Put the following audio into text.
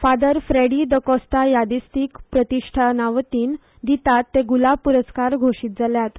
फादर फ्रेडी द कॉस्टा यादस्तीक प्रतिश्ठाना वतीन दितात ते गुलाब पुरस्कार घोशीत जाल्यात